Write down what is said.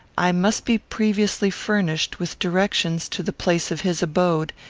i must be previously furnished with directions to the place of his abode,